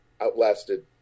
outlasted